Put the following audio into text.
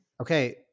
Okay